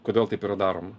kodėl taip yra daroma